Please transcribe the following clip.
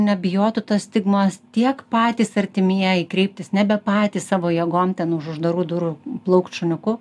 nebijotų tos stigmos tiek patys artimieji kreiptis nebe patys savo jėgom ten už uždarų durų plaukt šuniuku